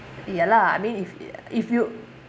ya lah I mean if if you